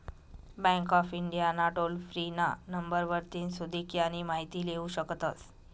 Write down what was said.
bank of India ना toll free ना number वरतीन सुदीक यानी माहिती लेवू शकतस